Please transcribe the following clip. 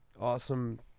awesome